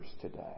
today